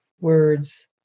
words